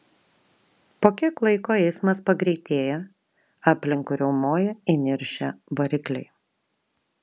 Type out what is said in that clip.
po kiek laiko eismas pagreitėja aplinkui riaumoja įniršę varikliai